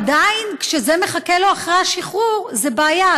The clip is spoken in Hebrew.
עדיין, כשזה מחכה לו אחרי השחרור, זו בעיה.